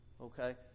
Okay